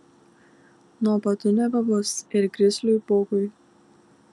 nuobodu nebebus ir grizliui bugui